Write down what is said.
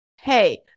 hey